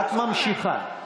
ואת ממשיכה.